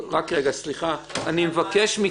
----- סליחה, אני מבקש.